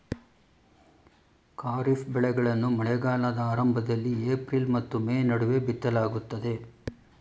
ಖಾರಿಫ್ ಬೆಳೆಗಳನ್ನು ಮಳೆಗಾಲದ ಆರಂಭದಲ್ಲಿ ಏಪ್ರಿಲ್ ಮತ್ತು ಮೇ ನಡುವೆ ಬಿತ್ತಲಾಗುತ್ತದೆ